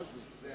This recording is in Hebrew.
מה זה?